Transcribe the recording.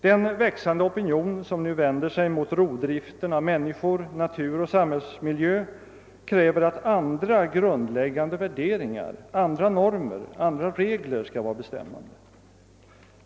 Den växande opinion som nu vänder sig mot rovdriften av människor, natur och samhällsmiljö kräver att andra grundläggande värderingar, andra normer, andra regler skall vara bestämmande.